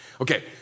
Okay